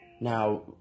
Now